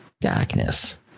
darkness